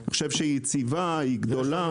אני חושב שהיא יציבה, היא גדולה, היא משתפרת.